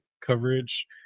coverage